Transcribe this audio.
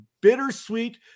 Bittersweet